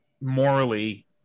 morally